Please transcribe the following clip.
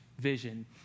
vision